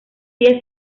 día